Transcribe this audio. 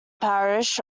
parish